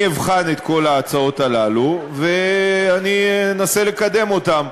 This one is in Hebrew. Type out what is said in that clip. אני אבחן את כל ההצעות הללו, ואני אנסה לקדם אותן.